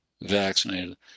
vaccinated